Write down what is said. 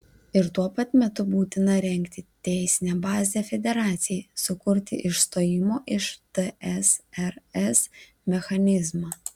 ir tuo pat metu būtina rengti teisinę bazę federacijai sukurti išstojimo iš tsrs mechanizmą